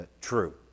true